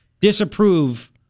disapprove